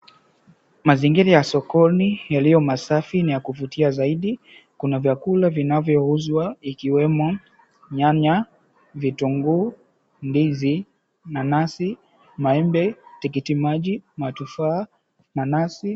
Mazingira ya sokoni yaliyo masafi ni ya kuvuita zaidi kuna vyakula vinavyouzwa ikiwemo nyanya, vitunguu, ndizi, nanasi, maembe, tikiti maji, matufaa, nanasi.